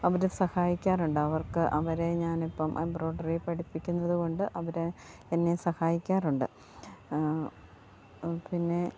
അവർ സഹായിക്കാറുണ്ട് അവർക്ക് അവരെ ഞാനിപ്പം എംബ്രോയിഡറി പഠിപ്പിക്കുന്നതു കൊണ്ട് അവർ എന്നെ സഹായിക്കാറുണ്ട് പിന്നെ